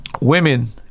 women